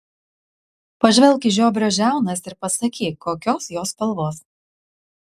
pažvelk į žiobrio žiaunas ir pasakyk kokios jos spalvos